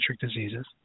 diseases